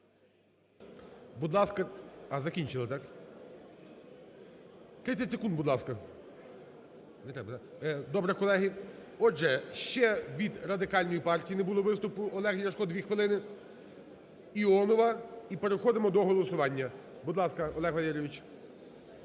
Будь ласка. А, закінчили, так? 30 секунд, будь ласка. Не треба, да? Добре. Колеги, отже, ще від Радикальної партії не було виступу. Олег Ляшко, 2 хвилини, Іонова і переходимо до голосування. Будь ласка, Олег Валерійович.